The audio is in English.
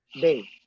day